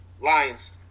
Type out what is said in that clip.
Lions